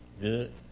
good